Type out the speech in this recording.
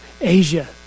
Asia